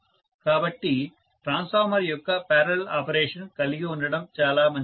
కాబట్టి ట్రాన్స్ఫార్మర్ యొక్క parallel operation కలిగి ఉండటం చాలా మంచిది